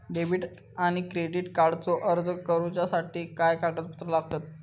Debit आणि credit कार्डचो अर्ज करुच्यासाठी काय कागदपत्र लागतत?